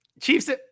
Chiefs